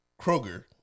Kroger